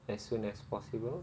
as soon as possible